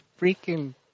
freaking